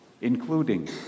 including